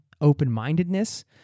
open-mindedness